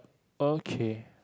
okay